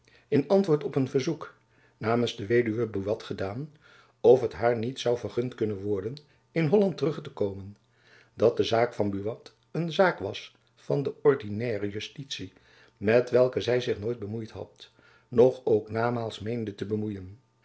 in antwoord op een verzoek namens de weduwe buat gedaan of het haar niet zoû vergund kunnen worden in holland terug te komen dat de zaak van buat een zaak was van de ordinaire justitie met welcke hy zich nooit bemoeid had noch ook namaals meende te bemoeien